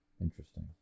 Interesting